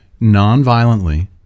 nonviolently